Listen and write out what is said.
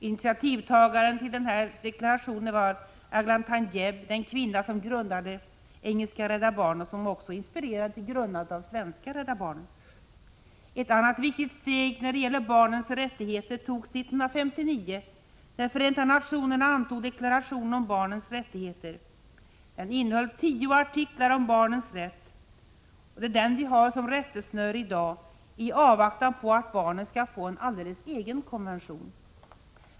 Initiativtagaren till den här deklarationen var Eglantyne Jebb, den kvinna som grundade engelska Rädda barnen och som också inspirerade till grundandet av svenska Rädda barnen. Ett annat viktigt steg när det gäller barnens rättigheter togs 1959 när Förenta nationerna antog deklarationen om barnens rättigheter. Den innehöll tio artiklar om barnens rätt. Det är den vi har som rättesnöre i dag i avvaktan på att barnen skall få en alldeles egen konvention.